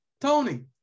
Tony